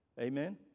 Amen